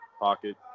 pocket